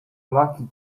lucky